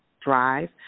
drive